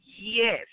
yes